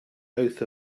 oath